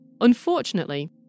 Unfortunately